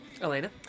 Elena